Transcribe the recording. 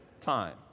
time